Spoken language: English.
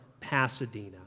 Pasadena